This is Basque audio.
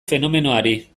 fenomenoari